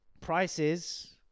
Prices